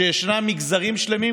אינה נוכחת מזכירת הכנסת,